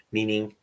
Meaning